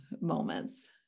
moments